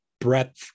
breadth